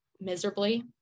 miserably